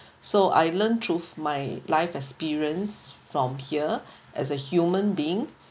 so I learn through my life experience from here as a human being